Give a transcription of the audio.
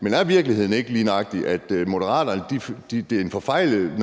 Men er virkeligheden ikke lige nøjagtig, at det er forfejlet, når